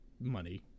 money